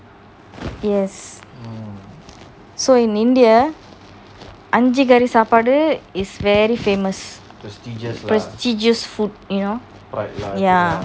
yes so in india anji kaari sapadu kaari sapadu is very famous prestigious food you know like ya